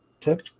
tip